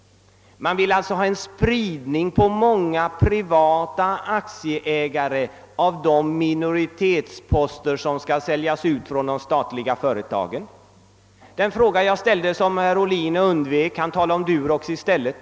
Man vill alltså ha en spridning på många privata aktieägare av de minoritetsposter som skall säljas från de statliga företagen. Jag ställde en fråga till herr Ohlin, men den undvek han och talade om Durox i stället.